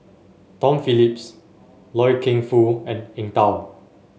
Tom Phillips Loy Keng Foo and Eng Tow